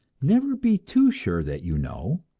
never be too sure that you know!